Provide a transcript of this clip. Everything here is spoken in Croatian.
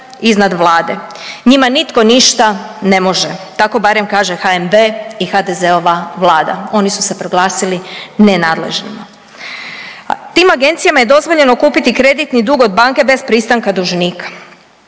iznad vlade. Njima nitko ništa ne može, tako barem kaže HNB i HDZ-ova vlada, oni su se proglasili nenadležnima. Tim agencijama je dozvoljeno kupiti kreditni dug od banke bez pristanka dužnika,